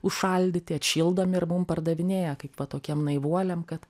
užšaldyti atšildomi ir mum pardavinėja kaip va tokiem naivuoliam kad